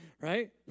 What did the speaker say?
right